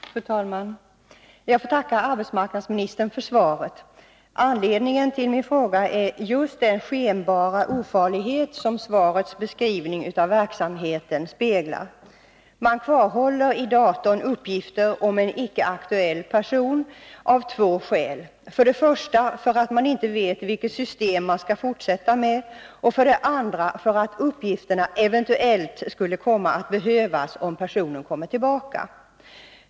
Fru talman! Jag får tacka arbetsmarknadsministern för svaret. Anledningen till min fråga är just den skenbara ofarlighet som svarets beskrivning av verksamheten speglar. Man kvarhåller i datorn uppgifter om en icke aktuell person av två skäl: för det första därför att man inte vet vilket system man skall fortsätta med, för det andra därför att uppgifterna eventuellt skulle komma att behövas om personen kommer tillbaka.